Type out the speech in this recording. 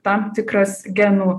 tam tikras genų